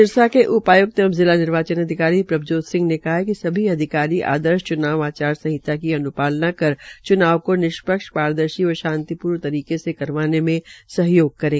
सिरसा के उपाय्क्त एवं जिला निर्वाचन अधिकारी प्रभजोत सिंह ने कहा कि सभी अधिकारी आदर्श च्नाव आचार संहिता की अन्पालना कर च्नाव को निष्पक्ष पारदर्शी एवं शांतिपूर्वक तरीके से करवाने में सहयोग करें